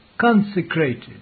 consecrated